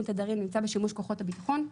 התדרים נמצא בשימוש כוחות הביטחון,